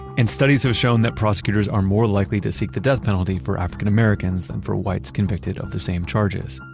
and studies have shown that prosecutors are more likely to seek the death penalty for african-americans than for whites convicted of the same charges.